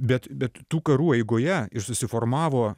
bet bet tų karų eigoje ir susiformavo